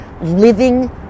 living